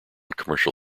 commercial